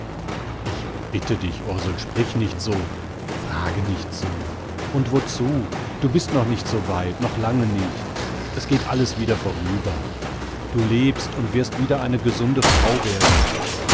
ich bitte dich ursel sprich nicht so frage nicht so und wozu du bist noch nicht soweit noch lange nicht es geht alles wieder vorüber du lebst und wirst wieder eine gesunde frau werden